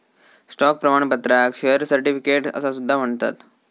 stock प्रमाणपत्राक share certificate असा सुद्धा म्हणतत